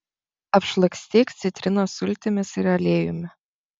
apšlakstyk citrinos sultimis ir aliejumi